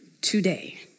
today